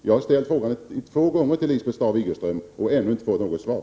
Jag har ställt frågan två gånger till Lisbeth Staaf-Igelström, men jag har ännu inte fått något svar.